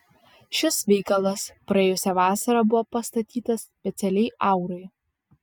šis veikalas praėjusią vasarą buvo pastatytas specialiai aurai